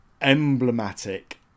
emblematic